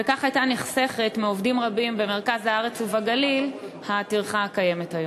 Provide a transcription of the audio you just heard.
וכך הייתה נחסכת מעובדים רבים במרכז הארץ ובגליל הטרחה הקיימת היום?